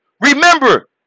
Remember